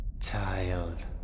child